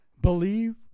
believe